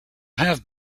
have